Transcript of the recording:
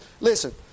Listen